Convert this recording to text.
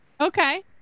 okay